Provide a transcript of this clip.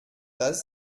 das